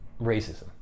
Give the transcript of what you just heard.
racism